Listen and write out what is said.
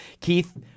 Keith